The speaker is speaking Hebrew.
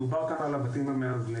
דובר כאן על הבתים המאזנים.